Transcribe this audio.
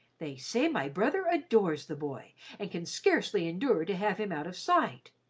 they say my brother adores the boy and can scarcely endure to have him out of sight.